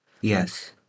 Yes